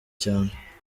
cyane